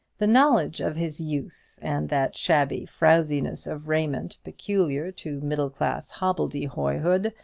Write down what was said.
the knowledge of his youth, and that shabby frouziness of raiment peculiar to middle-class hobbledehoyhood,